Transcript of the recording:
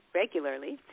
regularly